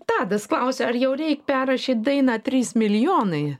tadas klausia ar jau reik perrašyt dainą trys milijonai